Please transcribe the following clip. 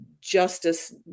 justice